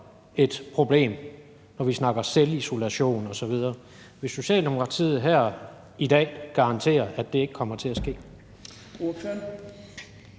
et problem, når vi snakker selvisolation osv. Vil Socialdemokratiet her i dag garantere, at det ikke kommer til at ske?